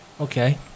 Okay